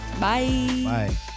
Bye